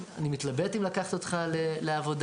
אני מתלבט אם לקחת אותך לעבודה";